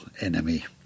enemy